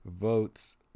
votes